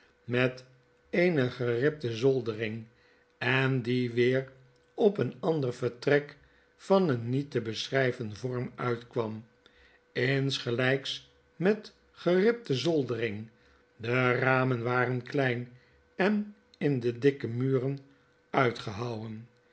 met eene geribte zoldering en die weer op een ander vertrek van een niet te beschryven vorm uitkwam insgelps met geribte zoldering de ramen waren klein en in de dikke muren uitgehouwen